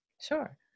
sure